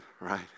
right